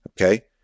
Okay